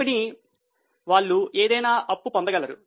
company వాళ్ళు ఏదైనా అప్పు పొందగలరు